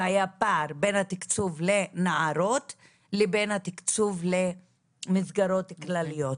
והיה פער בין התקצוב לנערות לבין התקצוב למסגרות כלליות.